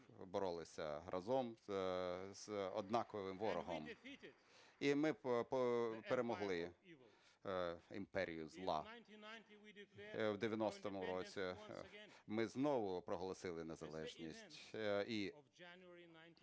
Ми боролися разом з однаковим ворогом, і ми перемогли імперію зла. В 90-му році ми знову проголосили незалежність.